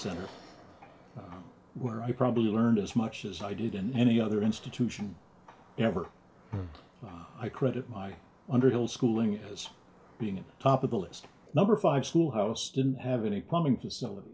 centers where i probably learned as much as i did in any other institution ever i credit my underhill schooling as being a top of the list number five school house didn't have any plumbing facilit